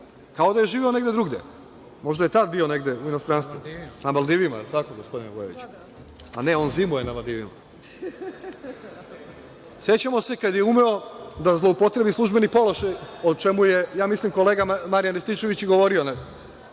kao da je živeo negde drugde. Možda je tad bio negde u inostranstvu, na Maldivima, jel tako, gospodine Vujoviću? A ne, on zimuje na Maldivima.Sećamo se kada je umeo da zloupotrebi službeni položaj, o čemu je kolega Marijan Rističević govorio,